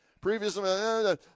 Previously